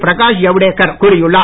பிரகாஷ் ஜவடேகர் கூறியுள்ளார்